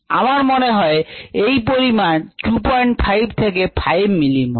আমার মনে হয় এই পরিমাণ 25 থেকে 5 মিলিমোলার